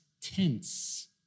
tense